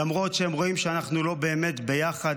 למרות שהם רואים שאנחנו לא באמת ביחד,